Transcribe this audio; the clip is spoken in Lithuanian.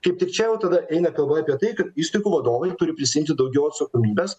kaip tik čia jau tada eina kalba apie tai kad įstaigų vadovai turi prisiimti daugiau atsakomybės